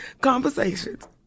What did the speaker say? conversations